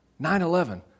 9-11